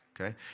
okay